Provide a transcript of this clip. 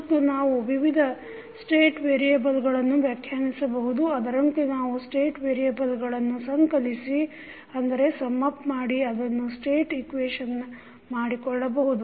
ಮತ್ತು ನಾವು ವಿವಿಧ ಸ್ಟೇಟ್ ವೇರಿಯಬಲ್ಗಳನ್ನು ವ್ಯಾಖ್ಯಾನಿಸಬಹುದು ಅದರಂತೆ ನಾವು ಸ್ಟೇಟ್ ವೇರಿಯಬಲ್ಗಳನ್ನು ಸಂಕಲಿಸಿ ಅದನ್ನು ಸ್ಟೇಟ್ ಇಕ್ವೇಶನ್ ಮಾಡಿಕೊಳ್ಳಬಹುದು